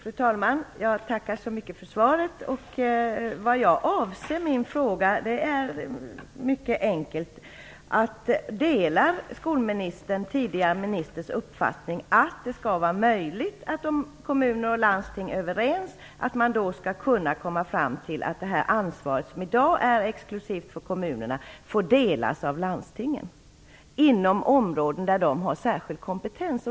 Fru talman! Jag tackar så mycket för svaret. Vad jag avser med min fråga är mycket enkelt: Delar skolministern tidigare skolministerns uppfattning att det skall vara möjligt för de kommuner och landsting som är överens att dela ansvaret, som i dag är exklusivt för kommunerna, inom områden där landstingen har särskild kompetens?